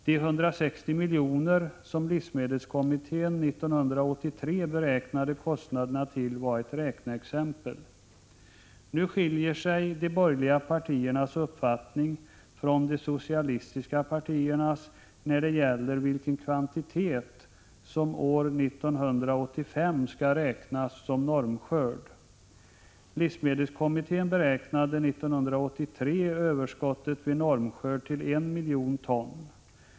De 160 milj.kr. som livsmedelskommittén 1983 beräknade kostnaderna till var ett räkneexempel. Nu skiljer sig de borgerliga partiernas uppfattning från de socialistiska partiernas i fråga om vilken kvantitet som år 1985 skall räknas som normskörd. Livsmedelskommittén beräknade 1983 överskottet vid normskörd till en miljon ton.